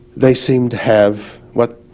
they seemed to have, but